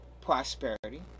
prosperity